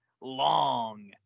long